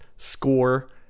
score